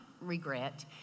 regret